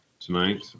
tonight